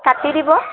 কাটি দিব